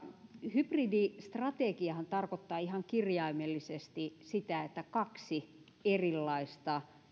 hybridistrategiahan tarkoittaa ihan kirjaimellisesti sitä että kaksi erilaista